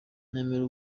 nemera